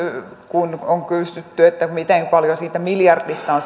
kun on kysytty miten paljon siitä miljardista